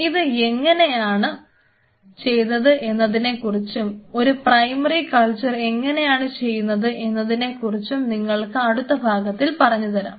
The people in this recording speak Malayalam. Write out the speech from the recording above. ഇത് എങ്ങനെയാണ് ചെയ്തത് എന്നതിനെക്കുറിച്ചും ഒരു പ്രൈമറി കൾച്ചർ എങ്ങനെയാണ് ചെയ്യുന്നത് എന്നതിനെ കുറിച്ചും നിങ്ങൾക്ക് അടുത്ത ഭാഗത്തിൽ പറഞ്ഞുതരാം